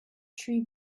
tree